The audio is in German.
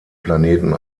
planeten